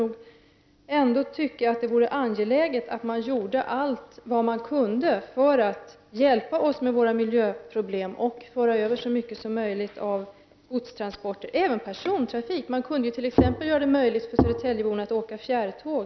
Jag tycker ändå att det vore angeläget att allt som är möjligt görs för att hjälpa oss södertäljebor med våra miljöproblem och att så mycket som möjligt av godstransporterna, och även persontransporterna, förs över till järnväg. Man kunde t.ex. göra det möjligt för södertäljeborna att åka fjärrtåg.